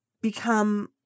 become